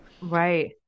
Right